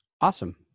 Awesome